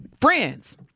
friends